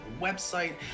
website